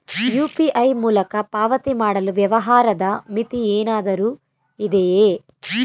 UPI ಮೂಲಕ ಪಾವತಿ ಮಾಡಲು ವ್ಯವಹಾರದ ಮಿತಿ ಏನಾದರೂ ಇದೆಯೇ?